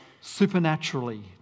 supernaturally